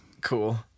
Cool